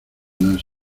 nos